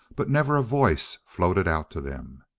but never a voice floated out to them.